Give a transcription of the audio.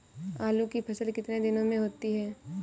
आलू की फसल कितने दिनों में होती है?